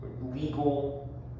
legal